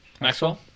Maxwell